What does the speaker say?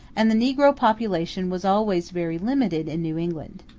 and the negro population was always very limited in new england.